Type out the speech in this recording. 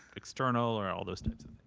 external or all those types of